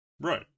Right